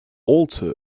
alter